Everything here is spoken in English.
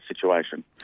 situation